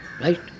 right